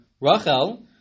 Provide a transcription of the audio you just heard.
Rachel